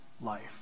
life